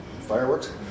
fireworks